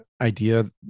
idea